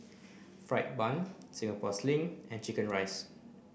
Fried Bun Singapore Sling and Chicken Rice